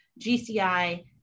GCI